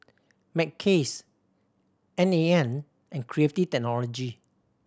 Mackays N A N and Creative Technology